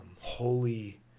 holy